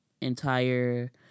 entire